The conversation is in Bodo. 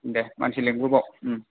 दे मानसि लेंबोबाव उम